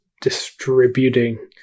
distributing